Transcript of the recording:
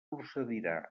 procedirà